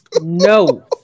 No